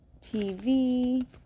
TV